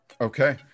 Okay